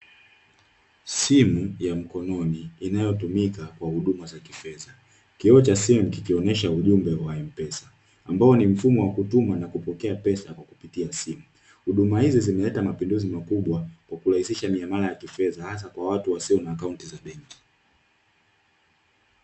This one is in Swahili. Simu ya mkononi inayotumika kwa huduma za kifedha, kioo cha simu kikionyesha ujumbe wa mpesa, ambao ni mfumo wa kutuma na kupokea pesa kwa kupitia simu, huduma hizi zimeleta mapinduzi makubwa kwa kurahisisha miamla za kifedha hasa kwa watu wasiokuwa na akaunti za benki.